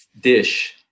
dish